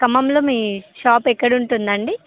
ఖమ్మంలో మీ షాప్ ఎక్కడుంటుందండి